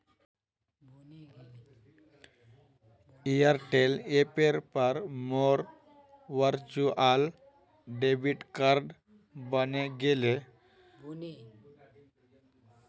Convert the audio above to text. Airtel ऐपेर पर मोर वर्चुअल डेबिट कार्ड बने गेले